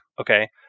Okay